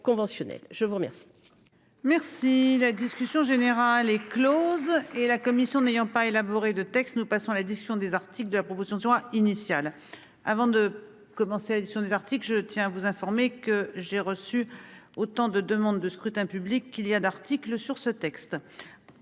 Je vous remercie.